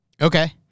Okay